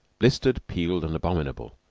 blistered, peeled, and abominable,